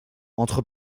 entre